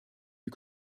die